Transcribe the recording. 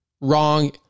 wrong